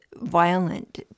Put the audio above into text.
violent